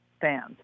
fans